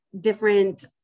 different